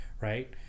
right